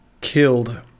killed